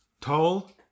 Tall